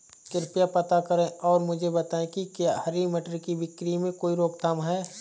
कृपया पता करें और मुझे बताएं कि क्या हरी मटर की बिक्री में कोई रोकथाम है?